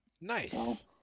Nice